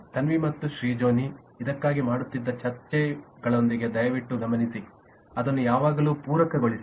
ತನ್ವಿ ಮತ್ತು ಶ್ರೀಜೋನಿ ಇದಕ್ಕಾಗಿ ಮಾಡುತ್ತಿದ್ದ ಚರ್ಚೆಗಳೊಂದಿಗೆ ದಯವಿಟ್ಟು ಗಮನಿಸಿ ಅದನ್ನು ಯಾವಾಗಲೂ ಪೂರಕಗೊಳಿಸಿ